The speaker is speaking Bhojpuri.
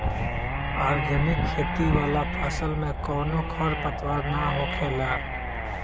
ऑर्गेनिक खेती वाला फसल में कवनो खर पतवार ना होखेला